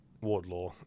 Wardlaw